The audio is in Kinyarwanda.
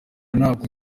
ntabwo